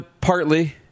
Partly